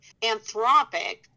Anthropic